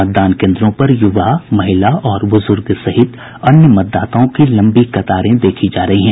मतदान केन्द्रों पर युवा महिला और बुजुर्ग सहित अन्य मतदाताओं की लंबी कतारें देखी जा रही है